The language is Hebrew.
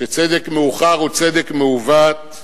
שצדק מאוחר הוא צדק מעוות.